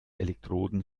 elektroden